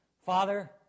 Father